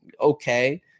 okay